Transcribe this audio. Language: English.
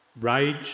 rage